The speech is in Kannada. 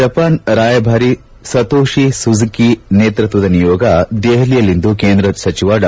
ಜಪಾನ್ ರಾಯಭಾರಿ ಸತೋಷಿ ಸುಜುಕಿ ನೇತೃತ್ವದ ನಿಯೋಗ ದೆಹಲಿಯಲ್ಲಿಂದು ಕೇಂದ್ರ ಸಚಿವ ಡಾ